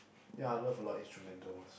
ya I love a lot instrumentals